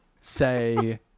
say